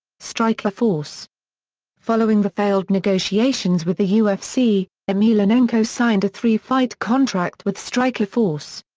strikeforce following the failed negotiations with the ufc, emelianenko signed a three-fight contract with strikeforce.